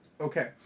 Okay